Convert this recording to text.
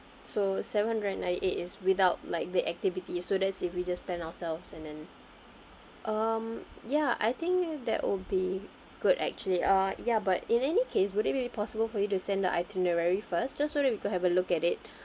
so seven hundred and ninety eight is without like the activity so that's if we just spend ourselves and then um ya I think that will be good actually uh ya but in any case would it be possible for you to send the itinerary first just so that we could have a look at it